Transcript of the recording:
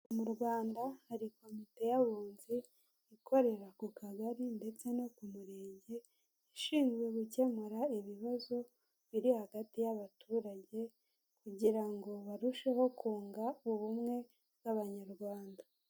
Mu rwanda hari komite y' abunzi ikorera ku kagari ndetse no ku murenge, ishinzwe gukemura ibibazo biri hagati y'abaturage, kugira ngo barusheho kunga ubumwe bw'Abanyarwanda.